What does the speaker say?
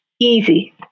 easy